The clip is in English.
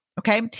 Okay